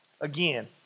again